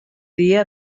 dia